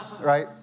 right